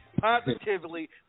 positively